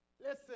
listen